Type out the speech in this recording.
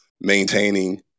maintaining